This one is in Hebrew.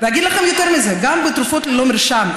ואגיד לכם יותר מזה: גם בתרופות ללא מרשם,